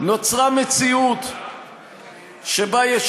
נוצרה מציאות שבה יש